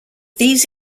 these